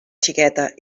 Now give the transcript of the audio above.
xiqueta